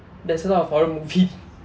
there's a lot of horror movie